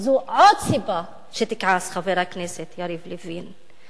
אז זו עוד סיבה שתכעס, חבר הכנסת יריב לוין.